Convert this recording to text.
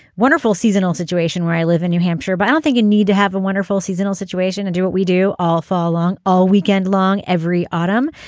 wonderful seasonal situation where i live in new hampshire but i don't think you and need to have a wonderful seasonal situation and do what we do all fall long all weekend long every autumn.